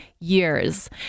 years